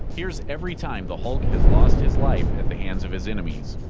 here's every time the hulk has lost his life at the hands of his enemies.